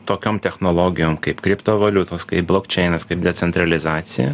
tokiom technologijom kaip kriptovaliutos kaip blokčeinas kaip decentralizacija